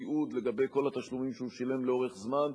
התיעוד לגבי כל התשלומים שהוא שילם לאורך זמן,